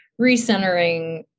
recentering